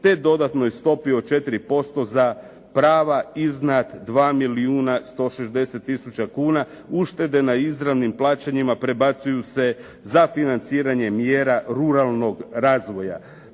te dodatnoj stopi od 4% za prava iznad 2 milijuna 160 tisuća kuna uštede na izravnim plaćanjima prebacuju se za financiranje mjera ruralnog razvoja.